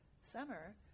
summer